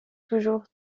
toujours